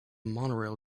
monorail